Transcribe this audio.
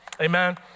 Amen